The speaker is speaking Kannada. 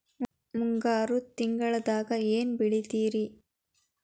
ಮುಂಗಾರು ತಿಂಗಳದಾಗ ಏನ್ ಬೆಳಿತಿರಿ?